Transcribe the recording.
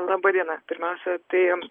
laba diena pirmiausia tai jums